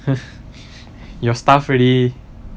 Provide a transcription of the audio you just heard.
your stuff really